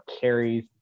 carries